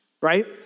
right